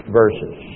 verses